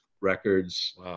records